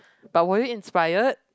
but were you inspired